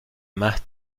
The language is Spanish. más